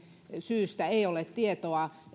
syystä ei ole tietoa